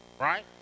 right